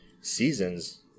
seasons